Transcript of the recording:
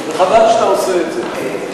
וחבל שאתה עושה את זה.